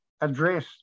address